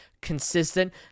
consistent